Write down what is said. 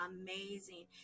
amazing